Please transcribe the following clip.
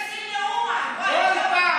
מחר זה יהיה 30,000. במכפלות האלה,